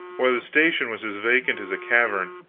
why, the station was as vacant as a cavern.